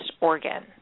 organ